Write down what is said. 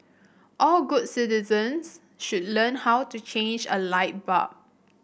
all good citizens should learn how to change a light bulb